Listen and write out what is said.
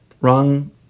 wrong